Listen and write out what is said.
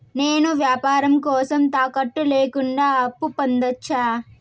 నేను వ్యాపారం కోసం తాకట్టు లేకుండా అప్పు పొందొచ్చా?